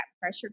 pressure